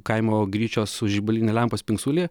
kaimo gryčios su žibaline lempa spingsulė